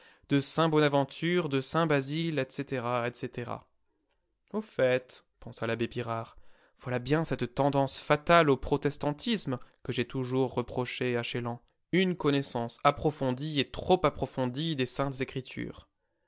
de saint bonaventure de saint basile etc etc au fait pensa l'abbé pirard voilà bien cette tendance fatale au protestantisme que j'ai toujours reprochée à chélan une connaissance approfondie et trop approfondie des saintes écritures